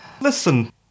Listen